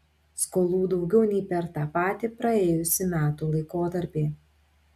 skolų daugiau nei per tą patį praėjusių metų laikotarpį